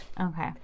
Okay